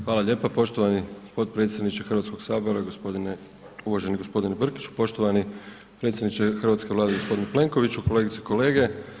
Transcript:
Hvala lijepa poštovani potpredsjedniče Hrvatskoga sabora, uvaženi gospodine Brkiću, poštovani predsjedniče hrvatske Vlade gospodine Plenkoviću, kolegice i kolege.